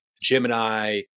Gemini